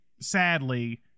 sadly